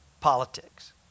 politics